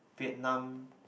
Vietnam